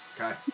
Okay